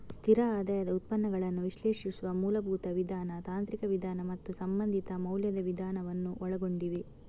ಸ್ಥಿರ ಆದಾಯದ ಉತ್ಪನ್ನಗಳನ್ನು ವಿಶ್ಲೇಷಿಸುವ ಮೂಲಭೂತ ವಿಧಾನ, ತಾಂತ್ರಿಕ ವಿಧಾನ ಮತ್ತು ಸಂಬಂಧಿತ ಮೌಲ್ಯದ ವಿಧಾನವನ್ನು ಒಳಗೊಂಡಿವೆ